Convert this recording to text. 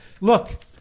look